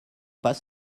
pas